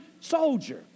soldier